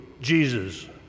Jesus